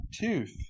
tooth